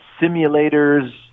simulators